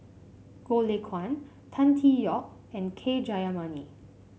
Goh Lay Kuan Tan Tee Yoke and K Jayamani